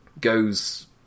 goes